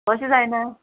कशी जायना